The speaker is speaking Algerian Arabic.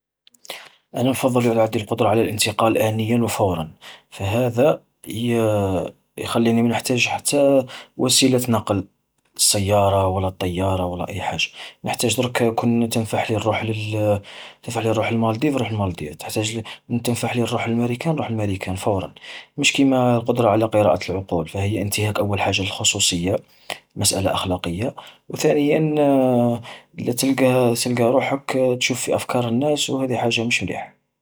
أنا نفضل يعود عدي القدرة على الانتقال آنياً وفوراً، فهذا يخليني ما نحتاج حتى وسيلة نقل، السيارة ولا الطيارة ولا أي حاجة. نحتاج ظركا كون تنفحلي نروح لل نروح للمالديف نروح للمالديف تحتاج، ن-تنفحلي نروح للماريكان نروح للماريكان فوراً. مش كيما القدرة على قراءة العقول، فهي انتهاك أول حاجة للخصوصية، مسألة أخلاقية، وثانياً تلقى تلقى روحك تشوف في أفكار الناس وهذي حاجة مش مليحة.